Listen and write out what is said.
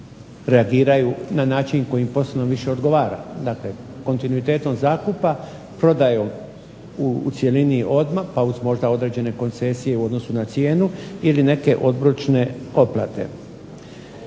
reagiraju na način koji im poslovno više odgovara. Dakle, kontinuitetom zakupa, prodajom u cjelini odmah, pa uz možda određene koncesije u odnosu na cijenu ili neke obročne otplate.